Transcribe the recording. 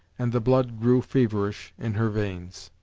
and the blood grew feverish in her veins.